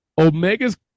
Omega's